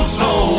Slow